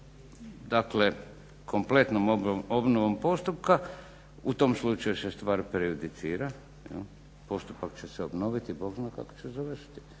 dakle kompletnom obnovom postupka u tom slučaju se stvar prejudicira jel, postupak će se obnoviti i Bog zna kako će završiti.